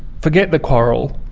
forget the quarrel,